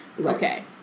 okay